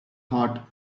hot